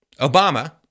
Obama